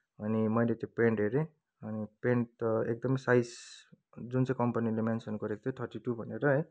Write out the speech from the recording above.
अनि मैले त्यो पेन्ट हेरेँ अनि पेन्ट त एकदमै साइज जुन चाहिँ कम्पनीले मेन्सन गरेको थियो थर्टी टू भनेर है